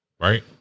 right